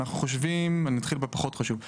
אנחנו חושבים, ואתחיל בפחות חשוב.